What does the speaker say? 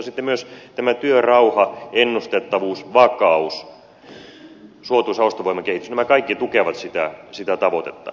sitten myös tämä työrauha ennustettavuus vakaus suotuisa ostovoiman kehitys nämä kaikki tukevat sitä tavoitetta